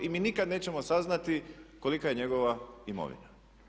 I mi nikada nećemo saznati kolika je njegova imovina.